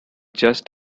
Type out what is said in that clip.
just